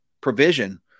provision